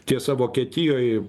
tiesa vokietijoj